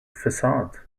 facade